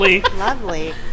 Lovely